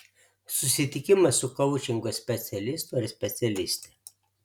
susitikimas su koučingo specialistu ar specialiste